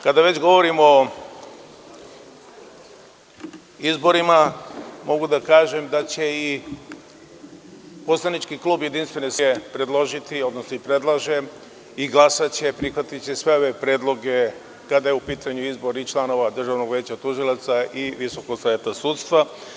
Kada već govorimo o izborima, mogu da kažem da će i poslanički klub Jedinstvene Srbije predložiti, odnosno predlaže, i glasaće, prihvatiće sve ove predloge kada je u pitanju izbor članova Državnog veća tužilaca i Visokog saveta sudstva.